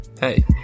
Hey